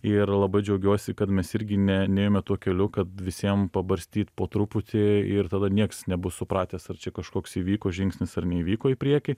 ir labai džiaugiuosi kad mes irgi ne nėjome tuo keliu kad visiem pabarstyt po truputį ir tada nieks nebus supratęs ar čia kažkoks įvyko žingsnis ar neįvyko į priekį